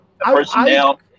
personnel